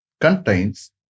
contains